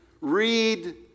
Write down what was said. read